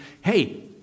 Hey